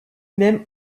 même